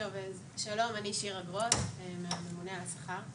שלום אני מהממונה על השכר.